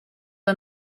are